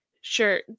sure